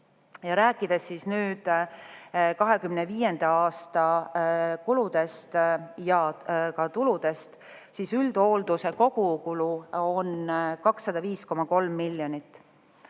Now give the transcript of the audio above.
rääkida nüüd 2025. aasta kuludest ja tuludest, siis üldhoolduse kogukulu on 205,3 miljonit.